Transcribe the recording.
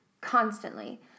constantly